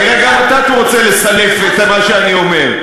כנראה גם אתה רוצה לסלף את מה שאני אומר.